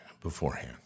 beforehand